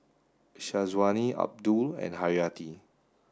Syazwani Abdul and Haryati